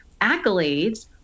accolades